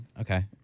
Okay